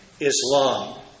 Islam